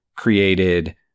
Created